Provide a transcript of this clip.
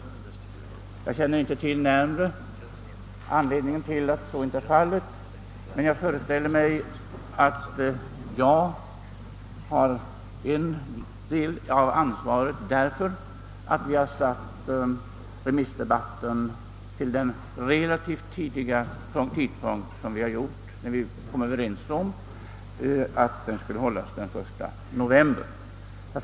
Jag känner inte närmare till varför så inte är fallet, men jag föreställer mig att jag kan ha en del av ansvaret, därför att vi kommit överens om att denna remissdebatt skulle hållas så tidigt som den första november.